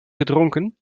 gedronken